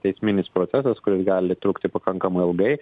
teisminis procesas kuris gali trukti pakankamai ilgai